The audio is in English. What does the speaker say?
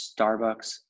Starbucks